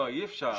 לא, אי אפשר.